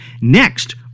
next